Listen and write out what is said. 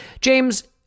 James